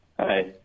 Hi